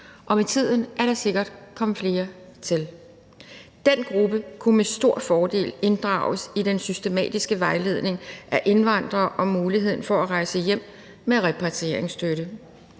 Og med tiden er der sikkert kommet flere til. Den gruppe kunne med stor fordel inddrages i den systematiske vejledning af indvandrere om muligheden for at rejse hjem med repatrieringsstøtte,